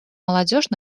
молодежь